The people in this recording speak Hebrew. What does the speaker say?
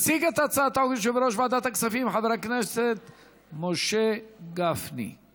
ותיכנס לספר החוקים של מדינת ישראל.